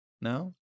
No